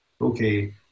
okay